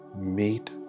Meet